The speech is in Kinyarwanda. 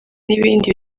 n’ibindi